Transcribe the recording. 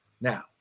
Now